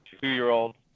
two-year-old